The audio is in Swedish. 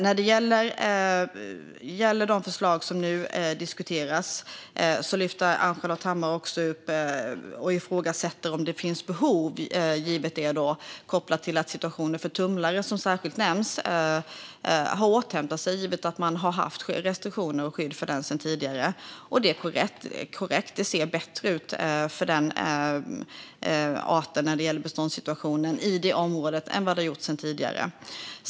När det gäller de förslag som nu diskuteras ifrågasätter Ann-Charlotte Hammar Johnsson om det finns behov, kopplat till att beståndet av tumlare - som särskilt nämnts - har återhämtat sig eftersom man har haft restriktioner för och skydd av det sedan tidigare. Det är korrekt; det ser bättre ut för den artens beståndssituation i det området än vad det har gjort tidigare.